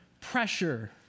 pressure